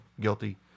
guilty